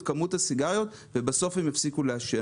כמות הסיגריות ובסוף הם יפסיקו לעשן.